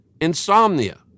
insomnia